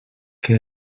que